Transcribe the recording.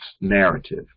narrative